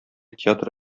театр